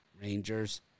Rangers